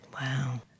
Wow